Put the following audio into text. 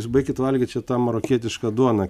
jūs baikit valgyt čia tą marokietišką duoną